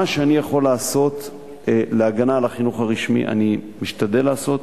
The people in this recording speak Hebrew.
מה שאני יכול לעשות להגנה על החינוך אני משתדל לעשות,